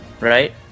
right